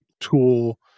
tool